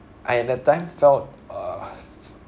I at that time felt uh